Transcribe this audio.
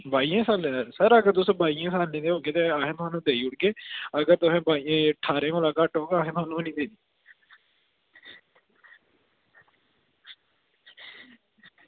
बाहियें सालें दा सर अगर तुस बाहियें सालें दे होगे ते अस थुहानू देई ओड़गे ते अगर तुस ठाह्रें कोला घट्ट होगे ते असें थुहानू निं देनी